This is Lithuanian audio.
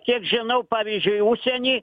kiek žinau pavyzdžiui užsieny